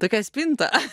tokia spinta